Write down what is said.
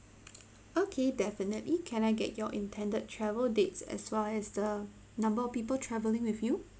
okay definitely can I get your intended travel dates as well as the number of people traveling with you